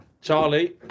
charlie